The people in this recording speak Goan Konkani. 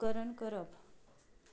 अनुकरण करप